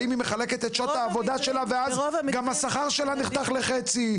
האם היא מחלקת את שעות העבודה שלה ואז גם השכר שלה נחתך לחצי,